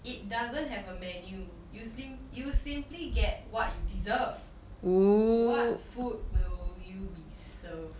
it doesn't have a menu you slim~ you simply get what you deserve what food will you be served